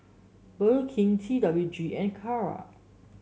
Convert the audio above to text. Burger King T W G and Kara